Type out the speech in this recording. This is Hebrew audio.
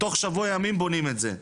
תוך שבוע ימים בונים את זה.